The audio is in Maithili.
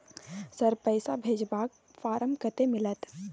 सर, पैसा भेजबाक फारम कत्ते मिलत?